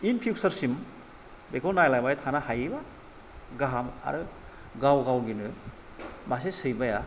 इन फिउसारसिम बेखौ नायलांबाय थानो हायोबा गाहाम आरो गावगावनिनो मासे सैमाया